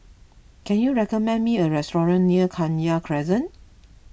can you recommend me a restaurant near Kenya Crescent